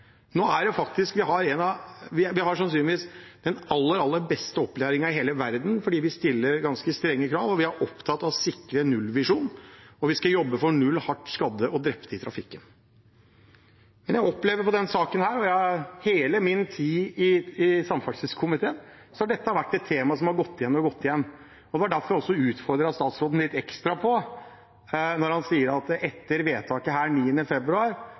Vi har sannsynligvis den aller, aller beste opplæringen i hele verden fordi vi stiller ganske strenge krav og er opptatt av å sikre nullvisjonen. Vi skal jobbe for null hardt skadde og drepte i trafikken. Jeg opplever i denne saken, og i hele min tid i samferdselskomiteen, at dette er et tema som har gått igjen. Det var også derfor jeg utfordret statsråden litt ekstra når han sa at etter vedtaket 9. februar